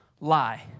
lie